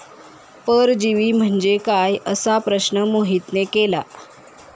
परजीवी म्हणजे काय? असा प्रश्न मोहितने केला